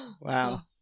Wow